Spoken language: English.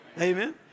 Amen